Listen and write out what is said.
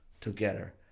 together